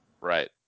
Right